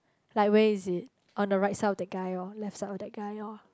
like where is it on the right side of the guy oh left side of that guy oh